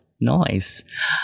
Nice